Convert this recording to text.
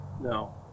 No